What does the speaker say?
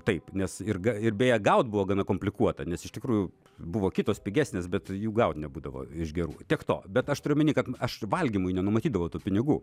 taip nes ir ga ir beje gaut buvo gana komplikuota nes iš tikrųjų buvo kitos pigesnės bet jų gaut nebūdavo iš gerų tiek to bet aš turiu omeny kad aš valgymui nenumatydavau tų pinigų